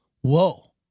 whoa